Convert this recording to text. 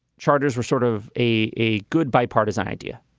charters were sort of a a good bipartisan idea.